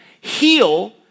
heal